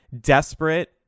desperate